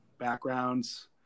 backgrounds